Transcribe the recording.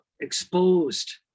exposed